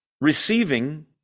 Receiving